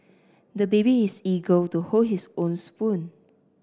the baby is eager to hold his own spoon